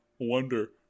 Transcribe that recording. Wonder